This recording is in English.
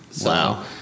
wow